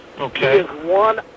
Okay